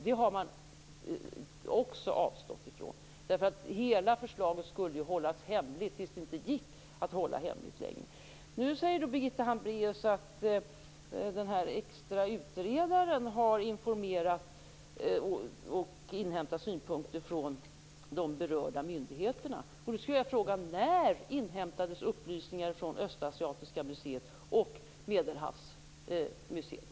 Det har man också avstått från. Hela förslaget skulle ju hållas hemligt tills det inte gick att hålla det hemligt längre. Nu säger Birgitta Hambraeus att den här extra utredaren har informerat och inhämtat synpunkter från de berörda myndigheterna. Då skulle jag vilja fråga: När inhämtades upplysningar från Östasiatiska museet och Medelhavsmuseet?